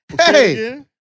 Hey